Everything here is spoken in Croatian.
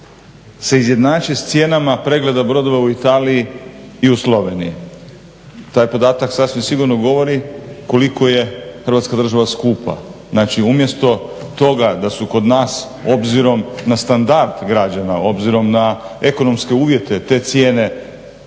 se izjednači s cijenama pregleda brodova u Italiji i u Sloveniji. Taj podatak sasvim sigurno govori koliko je Hrvatska država skupa. Znači umjesto toga da su kod nas obzirom na standard građana, obzirom na ekonomske uvjete te cijene